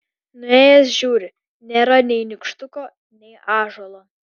nuėjęs žiūri nėra nei nykštuko nei ąžuolo